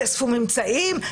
תאספו ממצאים,